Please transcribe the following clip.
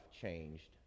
changed